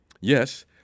Yes